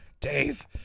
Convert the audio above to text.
Dave